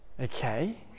Okay